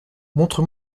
montre